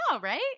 right